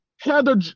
Heather